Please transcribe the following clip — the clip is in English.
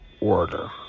order